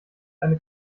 eine